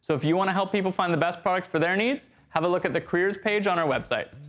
so if you want to help people find the best product for their needs, have a look at the careers page on our website.